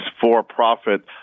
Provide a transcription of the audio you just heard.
for-profit